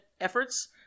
efforts